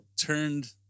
turned